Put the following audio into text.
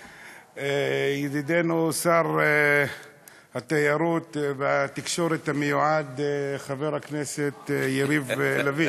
ידידנו שר התיירות והתקשורת המיועד חבר הכנסת יריב לוין,